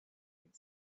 had